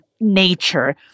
nature